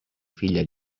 figlia